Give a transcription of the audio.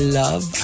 love